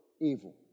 evil